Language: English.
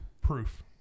proof